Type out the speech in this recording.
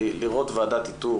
כי לראות ועדת איתור